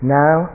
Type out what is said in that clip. now